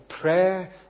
prayer